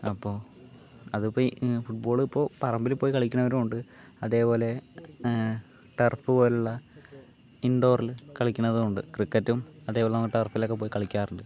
അപ്പോൾ അതിപ്പോൾ ഈ ഫുട്ബോളിപ്പോൾ പറമ്പിൽ പോയി കളിക്കണവരുണ്ട് അതേപോലെ ടർഫ് പോലുള്ള ഇൻഡോറിൽ കളിക്കണതും ഉണ്ട് ക്രിക്കറ്റും അതേപോലെ നമ്മൾ ടർഫിലൊക്കെ പോയി കളിക്കാറുണ്ട്